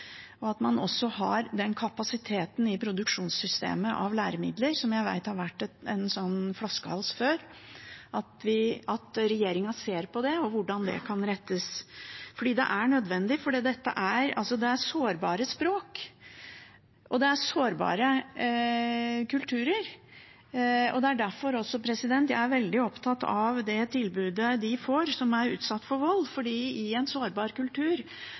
også at man har den kapasiteten i produksjonssystemet av læremidler, som jeg vet har vært en flaskehals før, at regjeringen ser på det og hvordan det kan innrettes. Det er nødvendig fordi dette er sårbare språk, og det er sårbare kulturer. Det er også derfor jeg er veldig opptatt av det tilbudet de som er utsatt for vold, får. I en sårbar kultur